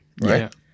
right